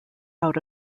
out